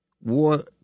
war –